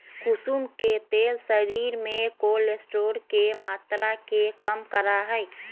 कुसुम के तेल शरीर में कोलेस्ट्रोल के मात्रा के कम करा हई